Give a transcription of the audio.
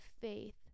faith